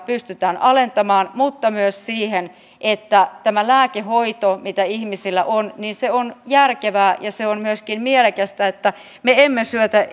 pystytään alentamaan mutta myös siihen että tämä lääkehoito mitä ihmisillä on on järkevää ja myöskin mielekästä että me emme syötä